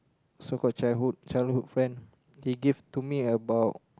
so called childhood childhood friend he give to me about